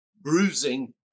bruising